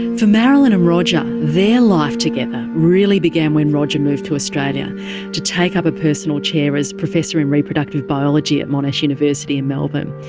for marilyn and roger, their life together really began when roger moved to australia to take up a personal chair as professor in reproductive biology at monash university in melbourne.